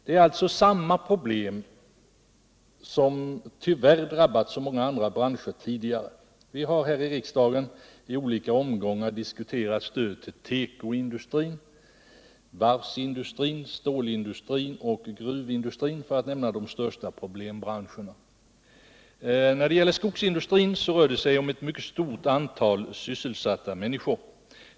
Det är alltså samma problem som tyvärr drabbat så många andra branscher tidigare. Vi har i riksdagen i olika omgångar diskuterat stöd till tekoindustrin, varvsindustrin, stålindustrin och gruvindustrin, för att nämna de största problembranscherna. När det gäller skogsindustrin rör det sig om ett stort antal sysselsatta.